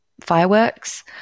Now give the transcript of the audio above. fireworks